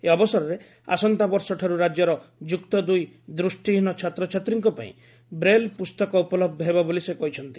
ଏହି ଅବସରରେ ଆସନ୍ତାବର୍ଷ ଠାରୁ ରାକ୍ୟର ଯୁକ୍ତଦୁଇ ଦୃଷ୍ହିହୀନ ଛାତ୍ରଛାତ୍ରୀଙ୍କ ପାଇଁ ବ୍ରେଲ ପୁସ୍ତକ ଉପଲହ୍ବ ହେବ ବୋଲି ସେ କହିଛନ୍ତି